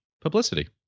Publicity